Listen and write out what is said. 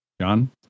John